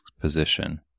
position